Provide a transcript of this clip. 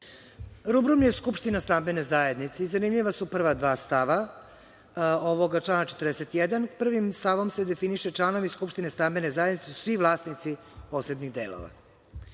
Rubrum je skupština stambene zajednice. Zanimljiva su prava dva stava ovog člana 41. Prvim se stavom definiše - članovi skupštine stambene zajednice su svi vlasnici posebnih delova.